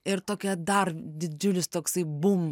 ir tokia dar didžiulis toksai bum